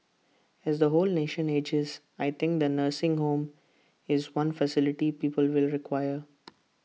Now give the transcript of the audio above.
as the whole nation ages I think the nursing home is one facility people will require